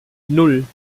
nan